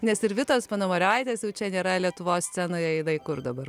nes ir vitos panamariovaitės jau čia nėra lietuvos scenoje jinai kur dabar